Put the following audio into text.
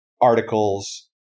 articles